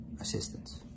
assistance